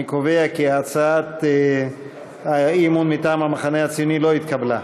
אני קובע כי הצעת האי-אמון מטעם המחנה הציוני לא התקבלה.